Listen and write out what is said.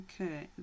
okay